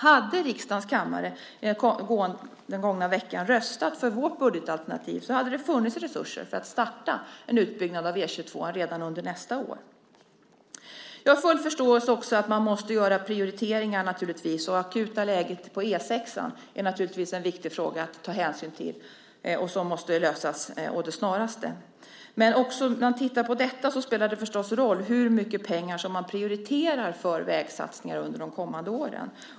Hade riksdagens kammare den gångna veckan röstat för vårt budgetalternativ hade det funnits resurser för att starta en utbyggnad av E 22:an redan under nästa år. Jag har naturligtvis full förståelse för att man måste göra prioriteringar. Och det akuta läget på E 6:an är naturligtvis en viktig fråga att ta hänsyn till och som måste lösas å det snaraste. Men också när man tittar på detta spelar det förstås roll hur mycket pengar som man prioriterar för vägsatsningar under de kommande åren.